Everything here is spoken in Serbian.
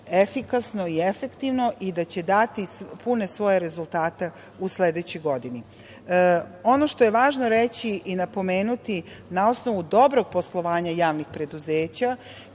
efikasno i efektivno i da će dati pune svoje rezultate u sledećoj godini. Ono što je važno reći i napomenuti na osnovu dobrog poslovanja javnih preduzeća,